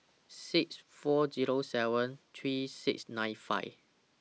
six four Zero seven three six nine five